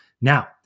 Now